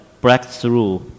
breakthrough